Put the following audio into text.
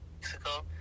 Mexico